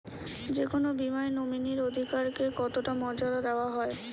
যে কোনো বীমায় নমিনীর অধিকার কে কতটা মর্যাদা দেওয়া হয়?